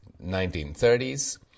1930s